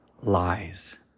lies